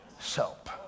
soap